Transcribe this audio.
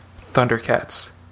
Thundercats